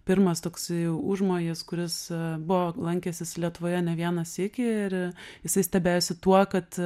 pirmas toksai jau užmojis kuris buvo lankęsis lietuvoje ne vieną sykį ir jisai stebėjosi tuo kad